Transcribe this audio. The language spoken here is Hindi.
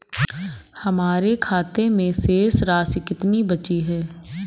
हमारे खाते में शेष राशि कितनी बची है?